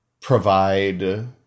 provide